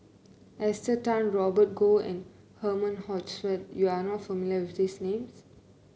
Esther Tan Robert Goh and Herman Hochstadt you are not familiar with these names